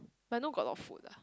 but I know got a lot of food lah